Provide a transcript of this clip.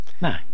No